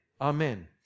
Amen